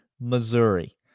Missouri